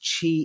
chi